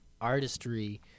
artistry